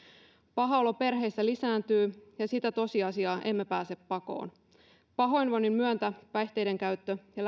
paha olo perheissä lisääntyy ja sitä tosiasiaa emme pääse pakoon pahoinvoinnin myötä päihteiden käyttö ja